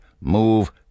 move